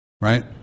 Right